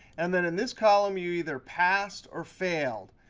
and then in this column, you either passed or failed.